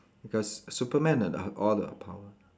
does Superman and have all the power